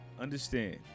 Understand